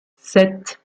sept